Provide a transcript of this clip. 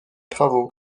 travaux